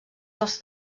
dels